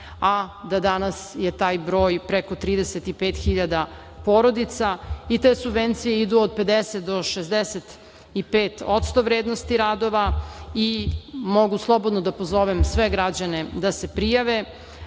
a da danas je taj broj preko 35.000 porodica i te subvencije idu od 50 do 65% vrednosti radova i mogu slobodno da pozovem sve građane da se prijave,